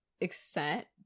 extent